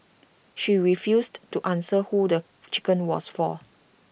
she refused to answer who the chicken was for